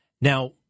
Now